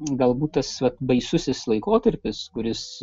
galbūt tas vat baisusis laikotarpis kuris